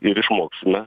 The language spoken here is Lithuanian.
ir išmoksime